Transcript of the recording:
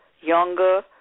younger